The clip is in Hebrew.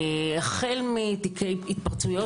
החל מתיקי התפרצויות,